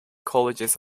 colleges